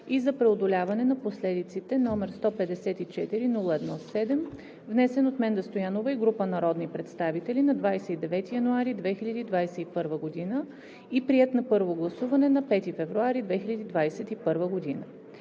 и за преодоляване на последиците, № 154-01-7, внесен от Менда Стоянова и група народни представители на 29 януари 2021 г. и приет на първо гласуване на 5 февруари 2021 г.“